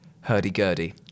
Hurdy-gurdy